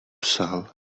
psal